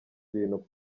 ibintu